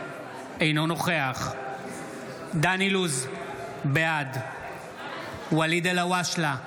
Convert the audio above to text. אינו נוכח דן אילוז, בעד ואליד אלהואשלה,